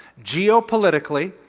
geopolitically,